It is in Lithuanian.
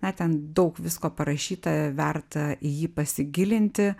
na ten daug visko parašyta verta į jį pasigilinti